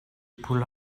pull